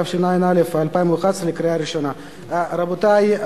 התשע"א 2011. רבותי,